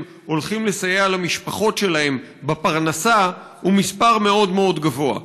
הולכים לסייע למשפחות שלהם בפרנסה הוא מספר מאוד מאוד גבוה.